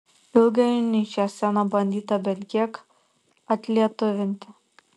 ilgainiui šią sceną bandyta bent kiek atlietuvinti